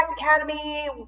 Academy